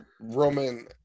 Roman